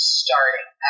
starting